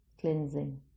cleansing